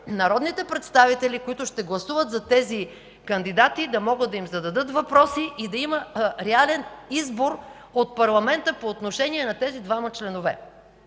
народните представители, които ще гласуват за тези кандидати, да могат да им зададат въпроси и да има реален избор от парламента по отношение на тези двама членове,